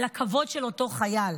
על הכבוד של אותו חייל.